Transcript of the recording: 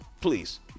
Please